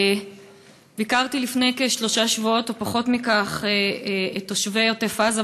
ביקרתי לפני כשלושה שבועות או פחות מכך את תושבי עוטף-עזה,